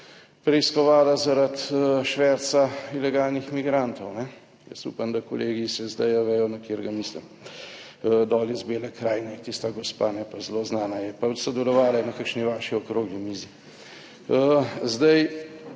preiskovala zaradi šverca ilegalnih migrantov, jaz upam, da kolegi iz SD vejo, na katerega mislim. Dol iz Bele krajine, je tista gospa, ne, pa zelo znana je, pa sodelovala je na kakšni vaši okrogli mizi. Zdaj,